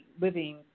living